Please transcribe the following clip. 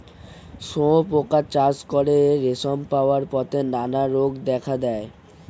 শুঁয়োপোকা চাষ করে রেশম পাওয়ার পথে নানা রোগ দেখা দেয়